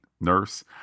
nurse